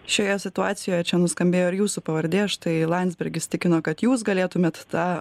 šioje situacijoje čia nuskambėjo ir jūsų pavardė štai landsbergis tikino kad jūs galėtumėt tą